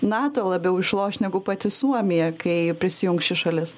nato labiau išloš negu pati suomija kai prisijungs ši šalis